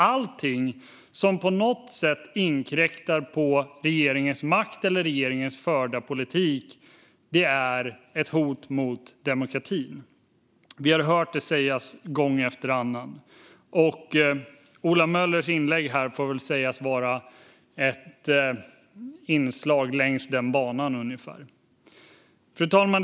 Allting som på något sätt inkräktar på regeringens makt eller regeringens förda politik är ett hot mot demokratin. Vi har hört det sägas gång efter annan. Ola Möllers inlägg här får väl sägas vara ett inslag längs den banan. Fru talman!